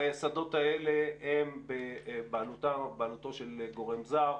אני רוצה להזכיר לך שהשדות האלה הם בבעלותו של גורם זר.